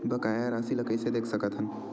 बकाया राशि ला कइसे देख सकत हान?